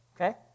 Okay